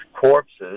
corpses